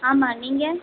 ஆமாம் நீங்கள்